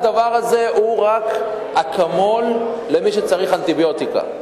הדבר הזה הוא רק אקמול למי שצריך אנטיביוטיקה.